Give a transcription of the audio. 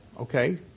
okay